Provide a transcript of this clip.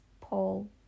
Paul